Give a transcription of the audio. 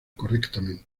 correctamente